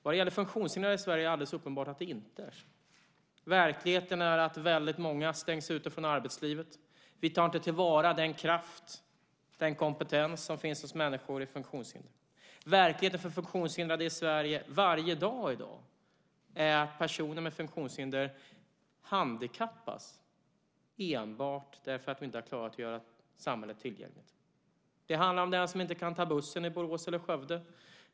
Vad gäller funktionshindrade i Sverige är det alldeles uppenbart inte så. Verkligheten är att väldigt många stängs ute från arbetslivet. Vi tar inte till vara den kraft och den kompetens som finns hos människor i funktionshinder. Verkligheten för funktionshindrade i Sverige - varje dag - är att de handikappas enbart därför att vi inte har klarat att göra samhället tillgängligt. Det handlar om den som inte kan ta bussen i Borås eller Skövde.